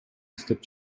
эстеп